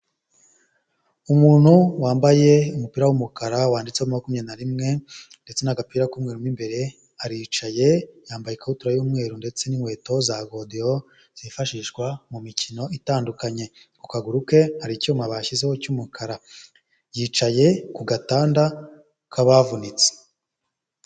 Umuntu wambaye umupira w'umukara wanditseho makumyabiri na rimwe ndetse n'agapira k'umweru mu imbere aricaye yambaye ikabutura y'umweru ndetse n'inkweto za godiyo zifashishwa mu mikino itandukanye, ku kaguru ke hari icyuma bashyizeho cy'umukara yicaye ku gatanda k'abavunitse.